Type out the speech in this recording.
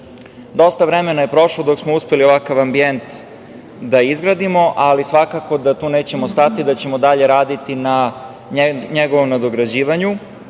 vremena je prošlo dok smo uspeli ovakav ambijent da izgradimo, ali svakako da tu nećemo stati, da ćemo dalje raditi na njegovom nadograđivanju,